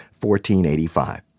1485